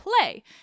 play